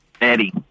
Eddie